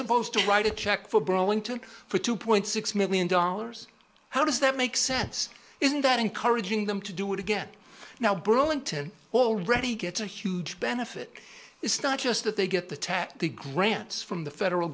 supposed to write a check for burlington for two point six million dollars how does that make sense isn't that encouraging them to do it again now burlington already gets a huge benefit it's not just that they get the tax the grants from the federal